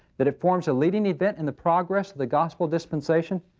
that it forms a leading event in the progress of the gospel dispensation?